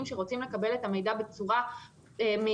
שרוצים לקבל את המידע בצורה מהירה,